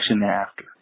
thereafter